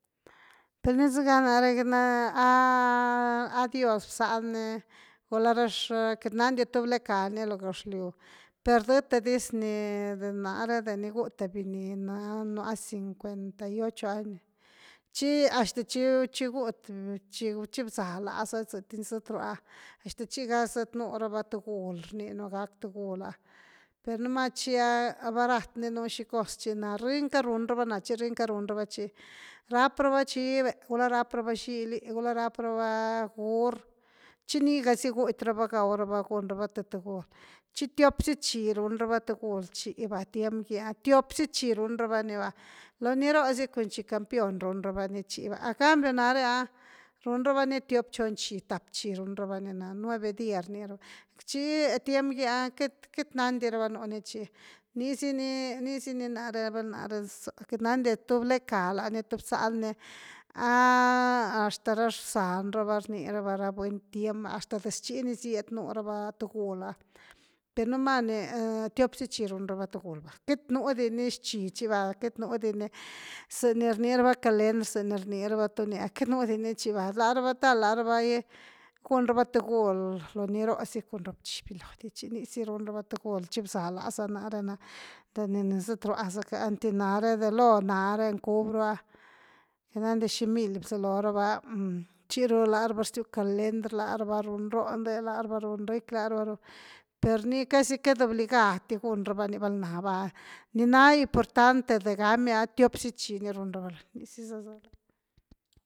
Per ni zega nare queity a dios bzan ni gula ra queity nandia tu blecani lo gëxlyw per dete dis ni de ná’re de ni gú th biny na nua cincuenta y ocho años chi hasta chi gú th biny, chi bza laza saty ni sëtrua hasta chi g aza satnuu rava tugul rninu gack tugul’a, pernuma chi barat ni nú xi cos chi, na brenica run rava nah chi brenica run rava chi, rap rava chiv’e, gula raprava xily, gula raprava gur chi ni gazy gaw ra’va guty ra’va gun ra’va th tugulchi tiop xi chi run rava tugul chiva, tiem gy ah tiop zy chi run rava ni va, looni róh si cun chí lo campion run rava ní chi va, encambio nare ah run rava ni tiop, chon chí, tap chí run rava ni na, nueve día rni rava, chi tiem gy ah queity, queity nandi rava nuni chi, nii sini, niisini nare ah só queity nandia tu blecka lani tu gzan ni ah hasta ra bzan rava rnirava ra buny tiem, hasta des chí ni siednu tugul ah per numa ni, tiop si chi run rava tugul queity nú di ni rxhi chi va queity nú di ni za ni rni rava calendr, za ni rni rava tuní ah queity nú di ni chi va, larava tal lá rava gun rava tugul loni róh si cun ru bchi, viloo di chi, nísi run rava tugul chi bzaa laza mare ná de nisatrua zacka einty ná re de ló nare cubi ru ahqueity nandia xi mil bzalorava chiru lárava rsiu calendr lárava run róh nde arava run rëcki lárava run per ni casi queity obligad di gun rava ni valna va, ni na importante de gamy ah tiop si chi ni run rava ni.